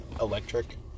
electric